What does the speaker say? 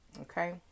Okay